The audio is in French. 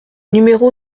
numéro